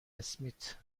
اسمیت